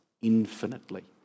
infinitely